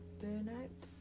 burnout